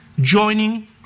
joining